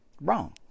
Wrong